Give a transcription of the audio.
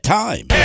time